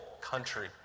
country